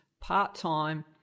part-time